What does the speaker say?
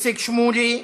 איציק שמולי,